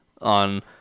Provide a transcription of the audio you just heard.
on